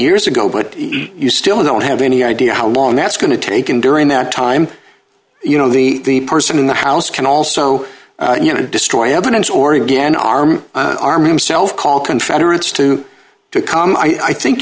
years ago but you still don't have any idea how long that's going to take and during that time you know the person in the house can also you know destroy evidence or again arm in arm himself call confederates to to come i think